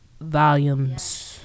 volumes